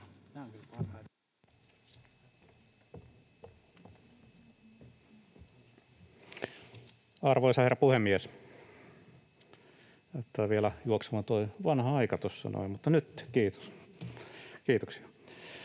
Arvoisa herra puhemies! Kiitos ministerit